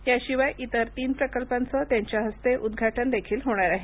याशिवाय इतर तीन प्रकल्पांचं त्यांच्या हस्ते उद्वाटनदेखील होणार आहे